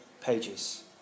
pages